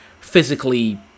physically